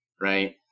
right